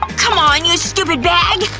c'mon, you stupid bag.